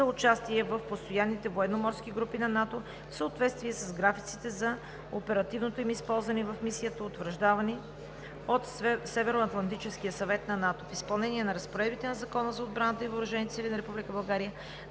за участие в постоянните военноморски групи на НАТО в съответствие с графиците за оперативното им използване в мисията, утвърждавани от Северноатлантическия съвет на НАТО. В изпълнение на разпоредбите на Закона за отбраната и въоръжените сили на Република България